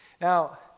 Now